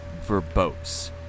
verbose